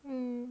mm